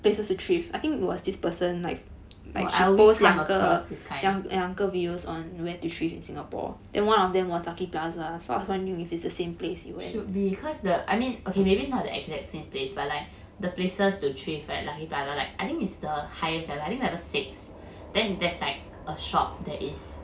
oh I always come across this kind should be cause the I mean okay maybe it's not the exact same place but like the places to thrift right lucky plaza like I think is the highest and I think level six then there's like a shop that is